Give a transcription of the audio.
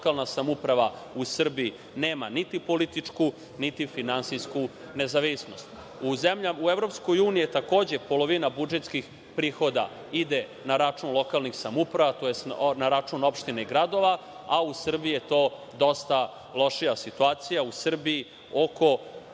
lokalna samouprava u Srbiji nema niti političku niti finansijsku nezavisnost.U EU je takođe polovina budžetskih prihoda ide na račun lokalnih samouprava, tj. na račun opština i gradova, a u Srbiji je to dosta lošija situacija, u Srbiji oko